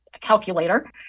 calculator